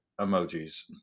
emojis